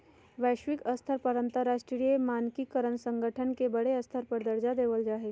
वैश्विक स्तर पर अंतरराष्ट्रीय मानकीकरण संगठन के बडे स्तर पर दर्जा देवल जा हई